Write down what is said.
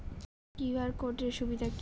QR code এর সুবিধা কি?